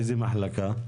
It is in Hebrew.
איזה מחלקה?